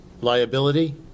liability